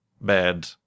bad